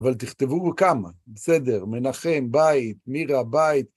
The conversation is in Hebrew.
אבל תכתבו כמה, בסדר, מנחם, בית, מירה, בית.